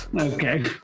Okay